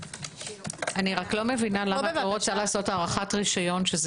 אני לא מבינה למה לא רוצה לעשות הארכת רשיון שזה